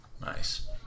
Nice